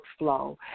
workflow